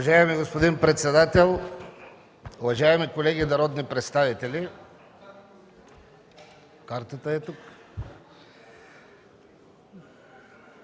Уважаеми господин председател, уважаеми колеги народни представители! Не знам